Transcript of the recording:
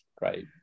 Right